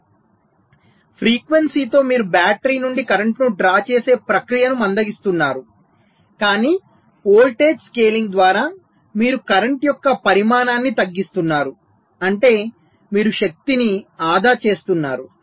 ఎందుకంటే ఫ్రీక్వెన్సీతో మీరు బ్యాటరీ నుండి కరెంట్ను డ్రా చేసే ప్రక్రియను మందగిస్తున్నారు కానీ వోల్టేజ్ స్కేలింగ్ ద్వారా మీరు కరెంట్ యొక్క పరిమాణాన్ని తగ్గిస్తున్నారు అంటే మీరు శక్తిని ఆదా చేస్తున్నారు